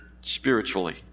spiritually